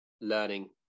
learning